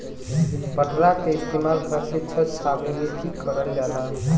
पटरा के इस्तेमाल घर के छत छावे में भी करल जाला